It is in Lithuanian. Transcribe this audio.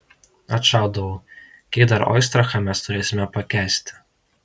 atšaudavau kiek dar oistrachą mes turėsime pakęsti